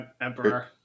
Emperor